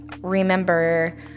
remember